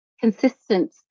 consistent